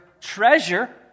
treasure